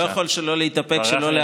אני לא יכול להתאפק שלא להגיב.